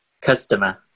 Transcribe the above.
Customer